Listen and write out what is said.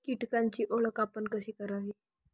कीटकांची ओळख आपण कशी करावी?